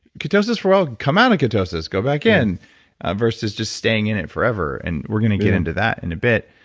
ketosis or i'll come out of ketosis, go back in versus just staying in it forever and we're going to get into that in a bit.